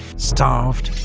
starved,